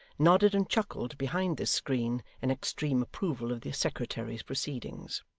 nodded and chuckled behind this screen in extreme approval of the secretary's proceedings.